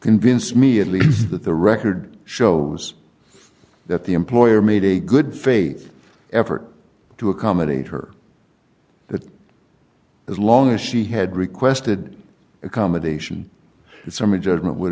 convince me at least that the record shows that the employer made a good faith effort to accommodate her that as long as she had requested accommodation it's from a judgment would